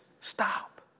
stop